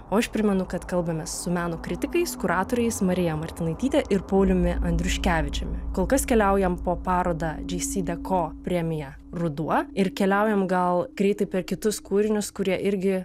o aš primenu kad kalbame su meno kritikais kuratoriais marija martinaityte ir pauliumi andriuškevičiumi kol kas keliaujam po parodą džeisideko premija ruduo ir keliaujam gal greitai per kitus kūrinius kurie irgi